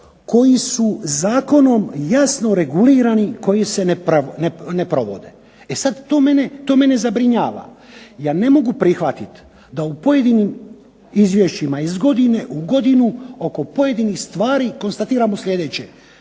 koji su zakonom jasno regulirani, koji se ne provode. E sad, to mene zabrinjava. Ja ne mogu prihvatit da u pojedinim izvješćima iz godine u godinu oko pojedinih stvari konstatiramo sljedeće.